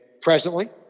presently